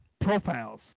profiles